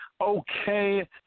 okay